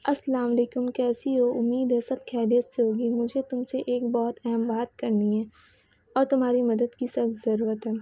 السلام علیکم کیسی ہو امید ہے سب خیریت سے ہوگی مجھے تم سے ایک بہت اہم بات کرنی ہے اور تمہاری مدد کی سکت ضرورت ہے